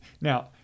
Now